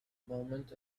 moment